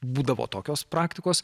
būdavo tokios praktikos